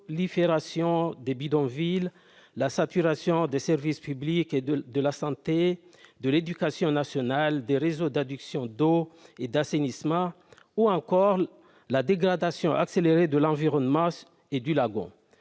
la prolifération de bidonvilles, la saturation des services publics de la santé, de l'éducation nationale, des réseaux d'adduction d'eau et d'assainissement ou encore la dégradation accélérée de l'environnement et du lagon.